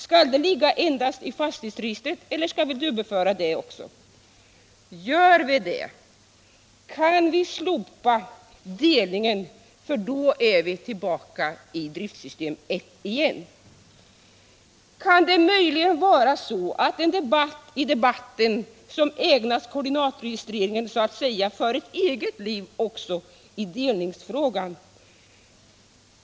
Skall det ligga endast i fastighetsregistret eller skall vi dubbelföra det också? Gör vi det kan vi slopa delningen, för då är vi tillbaka i driftsystem 1 igen. Kan det möjligen vara så att den debatt i debatten som ägnas åt koordinatregistreringen så att säga för ett eget liv också i delningsfrågan?